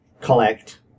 collect